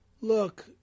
Look